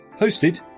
hosted